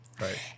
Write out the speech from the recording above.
right